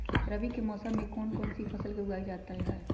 रवि के मौसम में कौन कौन सी फसल को उगाई जाता है?